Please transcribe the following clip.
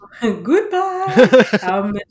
Goodbye